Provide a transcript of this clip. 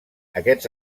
aquests